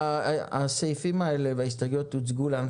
הסעיפים האלה וההסתייגויות הוצגו לנו,